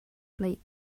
plate